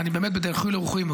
ואני באמת בדחילו ורחימו,